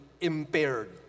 impaired